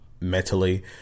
mentally